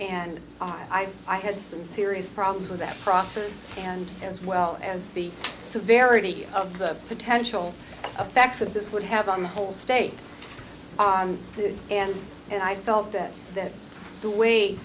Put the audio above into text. and i i had some serious problems with that process and as well as the severity of the potential effects that this would have on the whole state and and i felt that that the way